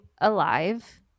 alive